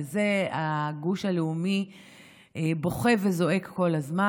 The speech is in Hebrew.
על זה הגוש הלאומי בוכה וזועק כל הזמן.